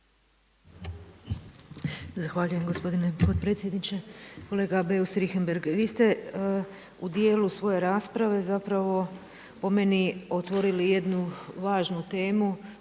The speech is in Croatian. Zahvaljujem gospodine potpredsjedniče. Kolega Beus Richembergh, vi ste u dijelu svoje rasprave zapravo po meni otvorili jednu važnu temu